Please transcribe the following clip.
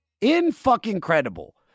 in-fucking-credible